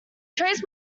trees